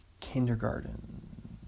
kindergarten